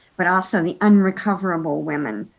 but also the unrecoverable women.